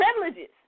privileges